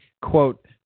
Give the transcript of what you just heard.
quote